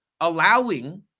allowing